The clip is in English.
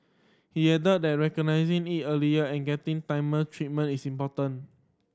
he added that recognising it early and getting timer treatment is important